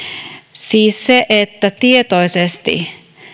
siis se että tietoisesti